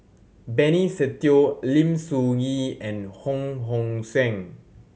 Benny Se Teo Lim Soo Ngee and Hong Hong Suen